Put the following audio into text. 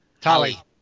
Tali